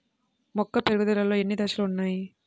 మొక్క పెరుగుదలలో ఎన్ని దశలు వున్నాయి?